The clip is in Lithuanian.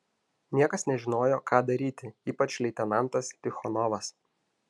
niekas nežinojo ką daryti ypač leitenantas tichonovas